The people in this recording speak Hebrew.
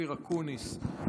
אופיר אקוניס,